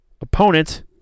opponent